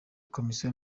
komisiyo